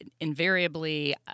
invariably